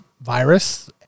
virus